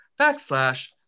backslash